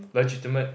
legitimate